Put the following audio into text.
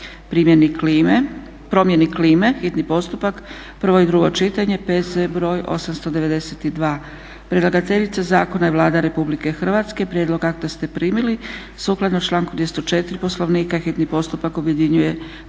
prijedlogom zakona, hitni postupak, prvo i drugo čitanje, P.Z. br. 892. Predlagateljica zakona je Vlada RH. Prijedlog akta ste primili. Sukladno članku 204. Poslovnika hitni postupak objedinjuje